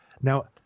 Now